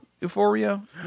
Euphoria